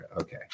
Okay